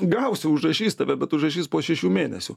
gausi užrašys tave bet užrašys po šešių mėnesių